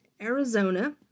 Arizona